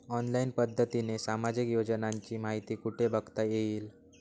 Online पद्धतीने सामाजिक योजनांची माहिती कुठे बघता येईल?